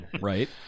right